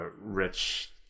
rich